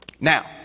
now